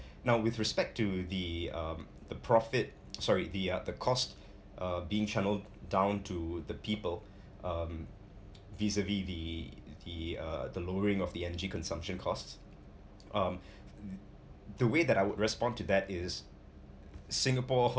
now with respect to the um the profit sorry the uh the cost uh being channelled down to the people um visibly the the uh the lowering of the energy consumption cost um the way that I would respond to that is singapore